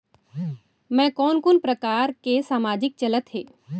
मैं कोन कोन प्रकार के सामाजिक चलत हे?